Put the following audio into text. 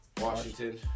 Washington